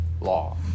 law